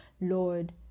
Lord